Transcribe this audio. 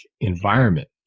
environment